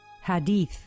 Hadith